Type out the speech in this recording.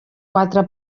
quatre